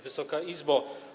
Wysoka Izbo!